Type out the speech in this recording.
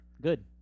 Good